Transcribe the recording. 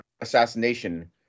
assassination